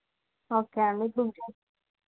okay అండి